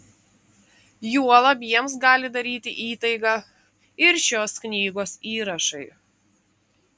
juolab jiems gali daryti įtaigą ir šios knygos įrašai